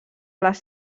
les